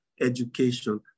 education